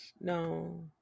No